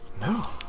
No